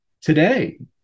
today